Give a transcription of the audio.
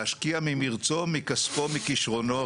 להשקיע ממרצו ומכספו ומכישרונו.